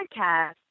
podcast